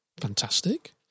fantastic